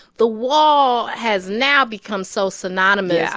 the wall has now become so synonymous. yeah.